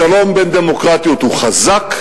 השלום בין דמוקרטיות הוא חזק,